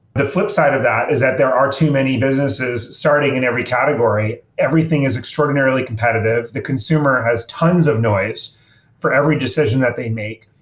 the flip side of that is that there are too many businesses starting in every category. everything is extraordinarily competitive. the consumer has tons of noise for every decision that they make.